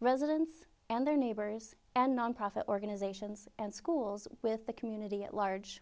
residents and their neighbors and nonprofit organizations and schools with the community at large